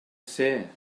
ser